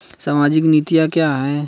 सामाजिक नीतियाँ क्या हैं?